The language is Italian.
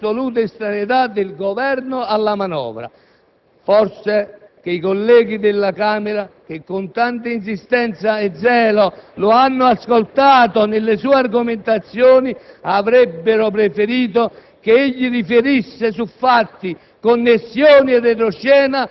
causa l'agitazione dell'opposizione, oppure all'assoluta estraneità del Governo alla manovra! Forse che i colleghi della Camera, che con tanta insistenza e zelo lo hanno ascoltato nelle sue argomentazioni, avrebbero preferito